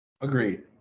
Agreed